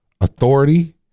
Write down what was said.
Authority